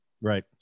Right